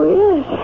yes